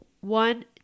one